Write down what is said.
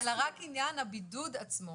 אלא רק עניין הבידוד עצמו.